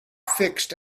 fixed